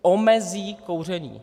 Omezí kouření.